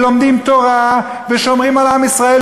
ולומדים תורה ושומרים על עם ישראל,